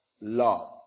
love